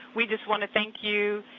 we just want to thank you.